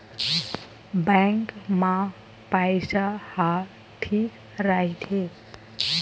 Bank मा पईसा ह ठीक राइथे?